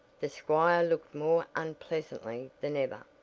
the squire looked more unpleasantly than ever.